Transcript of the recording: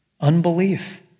Unbelief